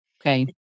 Okay